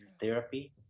therapy